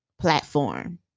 platform